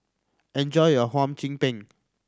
enjoy your Hum Chim Peng